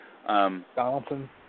Donaldson